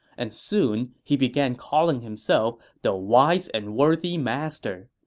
and soon he began calling himself the wise and worthy master.